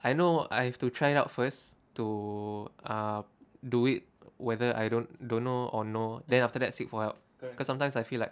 I know I have to try it out first to ah do it whether I don't don't know or know then after that seek for help because sometimes I feel like